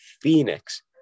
Phoenix